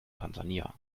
tansania